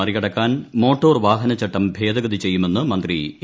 മറികടക്കാൻ മോട്ടോർ വാഹനചട്ടം ഭേദഗതി ചെയ്യുമെന്ന് മന്ത്രി എ